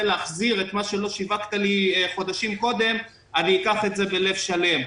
להחזיר את מה שלא שיווקת לי חודשים קודם אני אקח את זה בלב שלם.